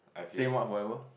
say what whoever